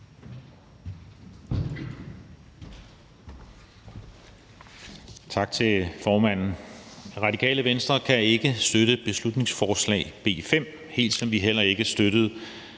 Tak til formanden. Radikale Venstre kan ikke støtte beslutningsforslag B 5, helt ligesom vi heller ikke støttede en